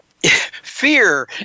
fear